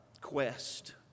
quest